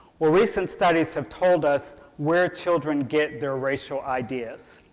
well, recent studies have told us where children get their racial ideas.